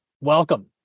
welcome